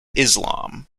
islam